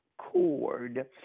cord